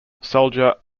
soldier